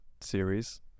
series